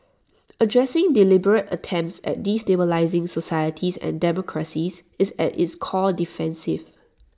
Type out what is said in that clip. addressing deliberate attempts at destabilising societies and democracies is at its core defensive